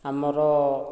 ଆମର